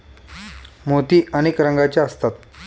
मोती अनेक रंगांचे असतात